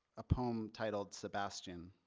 a poem titled sebastian